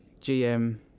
GM